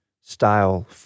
style